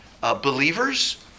believers